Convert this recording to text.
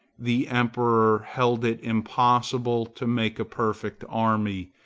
the emperor held it impossible to make a perfect army,